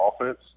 offense